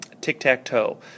tic-tac-toe